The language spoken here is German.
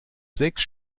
sechs